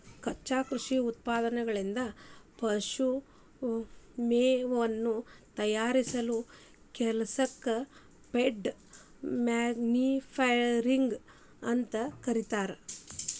ಕಚ್ಚಾ ಕೃಷಿ ಉತ್ಪನ್ನಗಳಿಂದ ಪಶು ಮೇವನ್ನ ತಯಾರಿಸೋ ಕೆಲಸಕ್ಕ ಫೇಡ್ ಮ್ಯಾನುಫ್ಯಾಕ್ಚರಿಂಗ್ ಅಂತ ಕರೇತಾರ